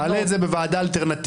תעלה את זה בוועדה אלטרנטיבית,